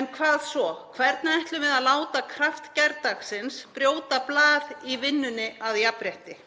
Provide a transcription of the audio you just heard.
En hvað svo? Hvernig ætlum við að láta kraft gærdagsins brjóta blað í vinnunni að jafnrétti?